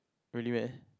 really meh